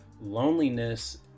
loneliness